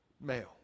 male